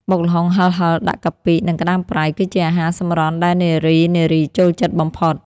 បុកល្ហុងហិរៗដាក់កាពិ និងក្តាមប្រៃ គឺជាអាហារសម្រន់ដែលនារីៗចូលចិត្តបំផុត។